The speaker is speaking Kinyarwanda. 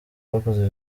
bakoze